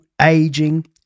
aging